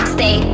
Stay